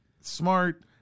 smart